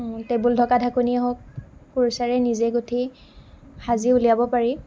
table ঢকা ঢাকনীয়ে হওক কুৰ্চাৰে নিজে গুঠি সাজি উলিয়াব পাৰি